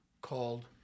called